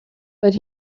but